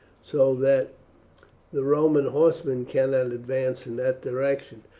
so that the roman horsemen cannot advance in that direction.